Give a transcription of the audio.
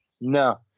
No